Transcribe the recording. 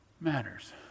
matters